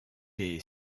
est